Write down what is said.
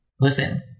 Listen